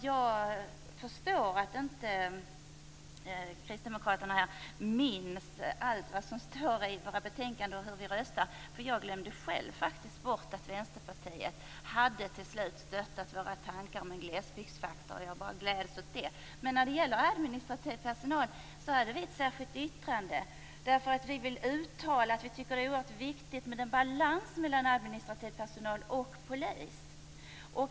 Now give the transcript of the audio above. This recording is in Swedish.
Jag förstår att inte kristdemokraterna minns allt som står i våra betänkanden och hur vi har röstat. Jag själv glömde faktiskt bort att Vänsterpartiet till slut stöttade våra tankar om en glesbygdsfaktor, men jag gläds åt det. Vi hade ett särskilt yttrande om den administrativa personalen, därför att vi ville uttala att vi tycker att det är oerhört viktigt med en balans mellan administrativ personal och polis.